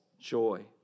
joy